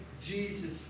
Jesus